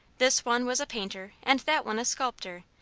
this one was a painter, and that one a sculptor,